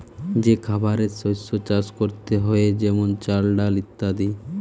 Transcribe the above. যে খাবারের শস্য চাষ করতে হয়ে যেমন চাল, ডাল ইত্যাদি